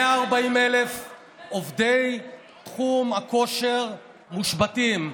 140,000 עובדי תחום הכושר מושבתים,